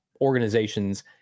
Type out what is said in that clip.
organizations